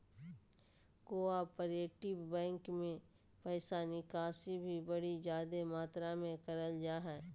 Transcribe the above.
cooperative bank मे पैसा निकासी भी बड़ी जादे मात्रा मे करल जा हय